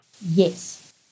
Yes